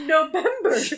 November